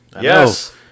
Yes